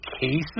cases